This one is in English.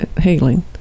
Healing